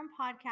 podcast